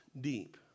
deep